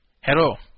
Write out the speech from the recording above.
Hello